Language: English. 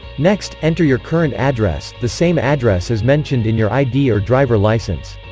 next, enter your current address, the same address as mentioned in your id or driver license